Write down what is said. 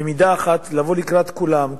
במידה אחת לבוא לקראת כולם.